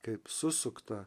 kaip susukta